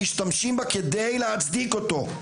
משתמשים בה כדי להצדיק אותו.